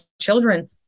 children